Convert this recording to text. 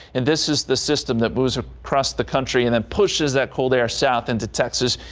and this is the system that moves across the country and that pushes that cold air south into texas.